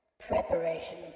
preparation